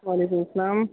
وعلیکم السّلام